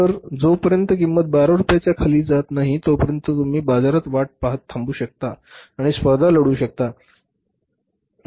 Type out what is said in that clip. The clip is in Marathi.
तर जो पर्यंत किंमत १२ रुपयांच्या खाली जात नाही तोपर्यंत तुम्ही बाजारात वाट पाहत थांबू शकता आणि स्पर्धा लढवू शकता